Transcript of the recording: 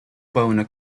bono